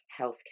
healthcare